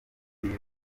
ibihe